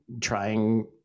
trying